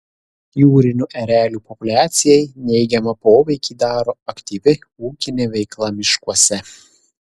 jūrinių erelių populiacijai neigiamą poveikį daro aktyvi ūkinė veikla miškuose